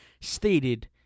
stated